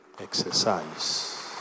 exercise